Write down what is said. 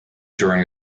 during